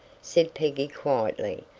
said peggy quietly,